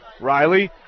Riley